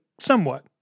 somewhat